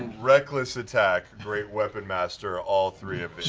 reckless attack, great weapon master, all three of